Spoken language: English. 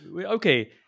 okay